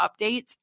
updates